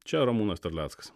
čia ramūnas terleckas